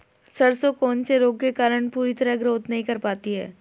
सरसों कौन से रोग के कारण पूरी तरह ग्रोथ नहीं कर पाती है?